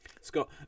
Scott